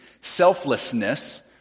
selflessness